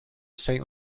saint